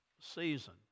season